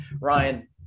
Ryan